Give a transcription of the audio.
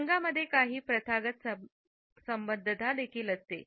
रंगांमध्ये काही प्रथागत संबद्धता देखील असतात